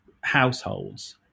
households